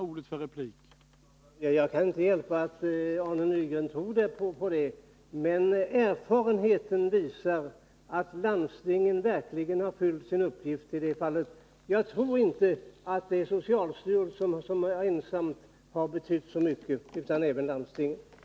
Herr talman! Jag kan inte hjälpa att Arne Nygren tror det. Men erfarenheten visar att landstingen verkligen har fyllt sin uppgift i det fallet. Jag tror inte att det är socialstyrelsen som ensam har betytt så mycket, utan att även landstingen har gjort det.